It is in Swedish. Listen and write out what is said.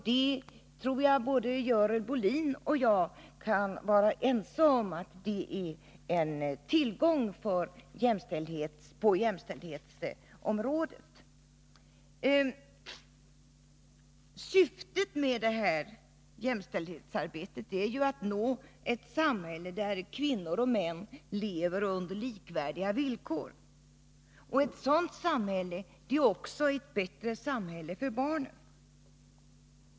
Jag tror att både Görel Bohlin och jag kan vara ense om att det är en tillgång på jämställdhetsområdet. Syftet med jämställdhetsarbetet är att nå ett samhälle där kvinnor och män lever under likvärdiga villkor. Ett sådant samhälle är också ett bättre samhälle för barnen.